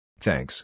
Thanks